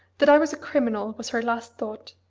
that i was a criminal was her last thought,